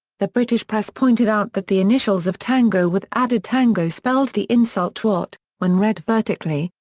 the british press pointed out that the initials of tango with added tango spelled the insult twat when read vertically,